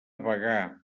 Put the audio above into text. bagà